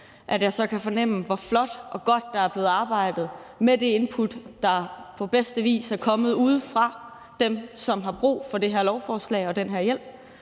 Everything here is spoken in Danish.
kan jeg fornemme, hvor flot og godt der er blevet arbejdet med det input, der på bedste vis er kommet udefra – fra dem, som har brug for det her lovforslag og den hjælp